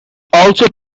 also